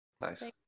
Nice